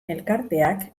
elkarteak